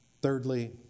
Thirdly